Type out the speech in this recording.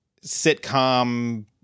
sitcom